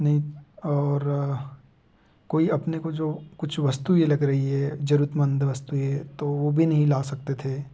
नहीं और कोई अपने को जो कुछ वस्तु ये लग रही है जरूरतमंद वस्तुएँ तो वो भी नहीं ला सकते थे